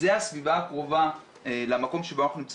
בתקווה שגם נקדם